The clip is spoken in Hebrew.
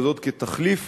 וזאת כתחליף